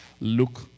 look